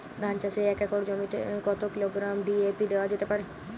ধান চাষে এক একরে কত কিলোগ্রাম ডি.এ.পি দেওয়া যেতে পারে?